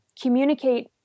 communicate